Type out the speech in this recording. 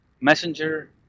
Messenger